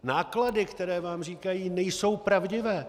Náklady, které vám říkají, nejsou pravdivé.